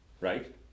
right